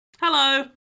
Hello